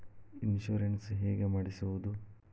Insurance ಹೇಗೆ ಮಾಡಿಸುವುದು?